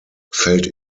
fällt